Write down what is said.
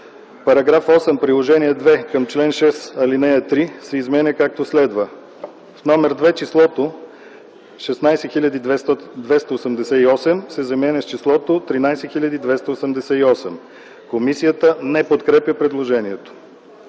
Параграф 8, Приложение № 2 към чл. 6, ал. 3, се изменя както следва: В № 2 числото „16 288,0” се заменя с числото „13 288,0”. Комисията не подкрепя предложението.